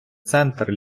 центр